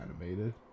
animated